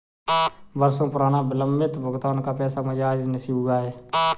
बरसों पुराना विलंबित भुगतान का पैसा मुझे आज नसीब हुआ है